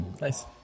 Nice